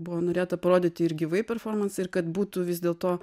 buvo norėta parodyti ir gyvai performansą ir kad būtų vis dėlto